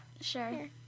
Sure